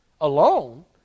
alone